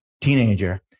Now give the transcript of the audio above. teenager